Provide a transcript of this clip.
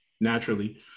naturally